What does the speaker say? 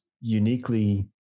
uniquely